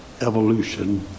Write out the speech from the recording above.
evolution